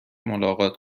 ملاقات